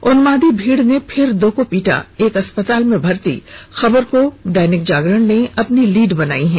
उन्मादी भीड़ ने फिर दो को पीटा एक अस्तपाल में भर्ती खबर को दैनिक जागरण ने लीड खबर बनाया है